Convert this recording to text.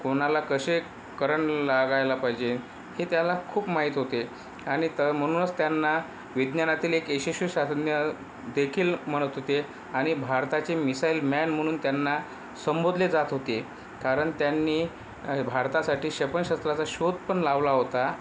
कोणाला कसे करन लागायला पाहिजे हे त्याला खूप माहीत होते आणि तर म्हणूनच त्यांना विज्ञानातील एक यशस्वी शास्त्रज्ञदेखील म्हणत होते आणि भारताचे मिसाईल मॅन म्हणून त्यांना संबोधले जात होते कारण त्यांनी भारतासाठी क्षपनशास्त्राचा शोध पण लावला होता